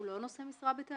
הוא גם לא נושא משרה בתאגיד.